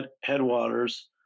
Headwaters